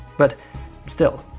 but still,